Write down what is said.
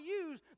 use